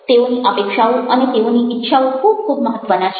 તેઓની અપેક્ષાઓ અને તેઓની ઇચ્છાઓ ખૂબ ખૂબ મહત્ત્વના છે